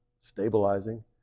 stabilizing